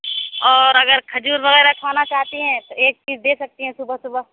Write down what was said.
اور اگر کھجور وغیرہ کھانا چاہتے ہیں تو ایک پیس دے سکتی ہیں صُبح صُبح